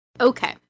Okay